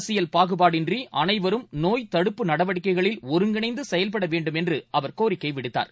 அரசியல் பாகுபாடின்றிஅனைவரும் நோய்த் நடவடிக்கைகளில் தடுப்பு ஒருங்கிணைந்துசெயல்படவேண்டும் என்றுஅவர் கோரிக்கைவிடுத்தார்